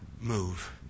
move